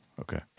Okay